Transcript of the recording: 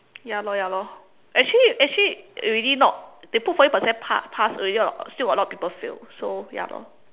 ya lor ya lor actually actually already not they put forty percent pa~ pass still got a lot people fail so ya lor